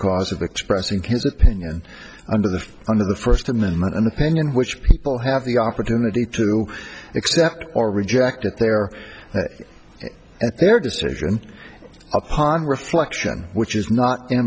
cause of expressing his opinion under the under the first amendment an opinion which people have the opportunity to accept or reject at their at their decision upon reflection which is not i